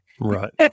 Right